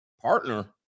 partner